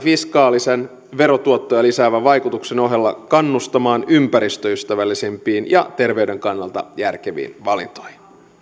fiskaalisen verotuottoja lisäävän vaikutuksen ohella kannustamaan ympäristöystävällisempiin ja terveyden kannalta järkeviin valintoihin